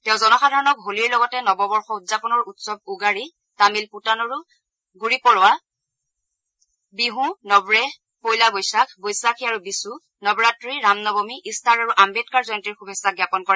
তেওঁ জনসাধাৰণক হোলিৰ লগতে নৱবৰ্ষ উদযাপনৰ উৎসৱ উগাড়ি তামিল পুতানৰো গুড়িপৰুৱা বিছ নৱৰেহ পৈলা বৈশাখ বৈশাখি আৰু বিষু নৱৰাত্ৰি ৰামনৱমী ইষ্টাৰ আৰু আম্বেদকাৰ জয়ন্তীৰ শুভেচ্ছা জ্ঞাপন কৰে